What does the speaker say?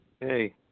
Hey